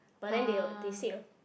but then they were they said